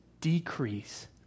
decrease